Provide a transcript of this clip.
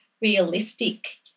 realistic